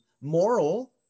Moral